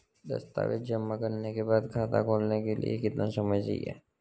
दस्तावेज़ जमा करने के बाद खाता खोलने के लिए कितना समय चाहिए?